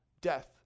death